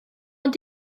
ond